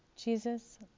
Jesus